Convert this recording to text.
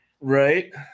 right